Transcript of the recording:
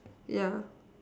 yeah